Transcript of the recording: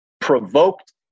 provoked